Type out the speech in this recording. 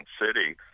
city